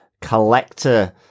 collector